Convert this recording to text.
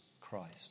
Christ